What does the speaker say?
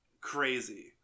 crazy